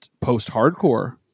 post-hardcore